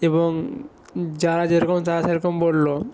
এবং যারা যেরকম তারা সেরকম বললো